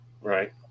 right